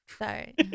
sorry